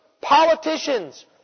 politicians